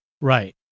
Right